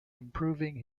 improving